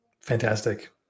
fantastic